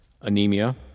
anemia